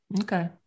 Okay